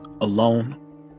alone